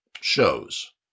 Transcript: shows